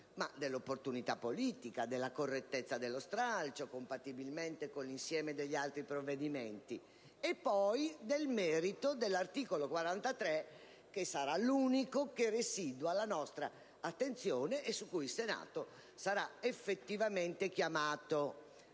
e l'opportunità politica dello stralcio, come la sua correttezza, compatibilmente con l'insieme degli altri provvedimenti, e poi il merito dell'articolo 43, che sarà l'unico che residua alla nostra attenzione e su cui il Senato sarà effettivamente chiamato